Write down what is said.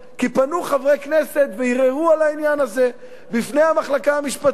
כי פנו חברי כנסת וערערו על העניין הזה בפני המחלקה המשפטית,